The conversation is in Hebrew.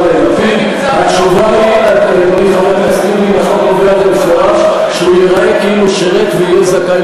אזרח שרוצה לתרום לצה"ל, הוא מבקש להתגייס,